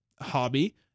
hobby